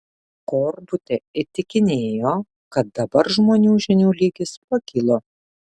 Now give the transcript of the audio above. korbutė įtikinėjo kad dabar žmonių žinių lygis pakilo